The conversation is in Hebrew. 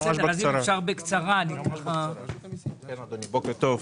בוקר טוב.